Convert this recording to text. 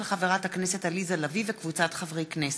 של חברת הכנסת עליזה לביא וקבוצת חברי הכנסת,